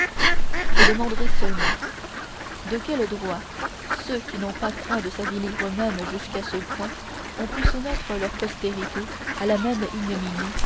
je demanderai seulement de quel droit ceux qui n'ont pas craint de s'avilir eux-mêmes jusqu'à ce point ont pu soumettre leur postérité à la même